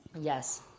Yes